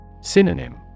Synonym